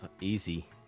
easy